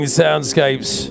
soundscapes